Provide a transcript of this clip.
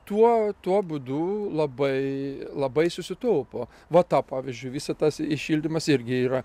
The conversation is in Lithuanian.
tuo tuo būdu labai labai susitaupo vata pavyzdžiui visa tas i šildymas irgi yra